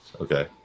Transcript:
Okay